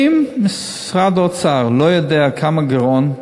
אם משרד האוצר לא יודע כמה הגירעון,